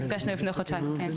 נפגשנו לפני חודשיים.